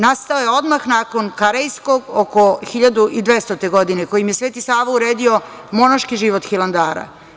Nastao je odmah nakon Karejskog, oko 1200. godine, a kojim je Sveti Sava uredio monaški život Hilandara.